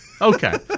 Okay